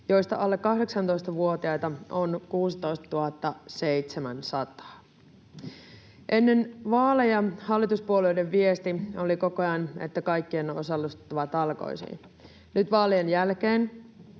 joista alle 18-vuotiaita on 16 700. Ennen vaaleja hallituspuolueiden viesti oli koko ajan, että kaikkien on osallistuttava talkoisiin. Nyt vaalien jälkeen